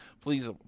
please